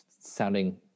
sounding